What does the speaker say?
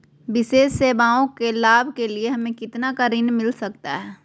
विशेष सेवाओं के लाभ के लिए हमें कितना का ऋण मिलता सकता है?